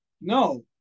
no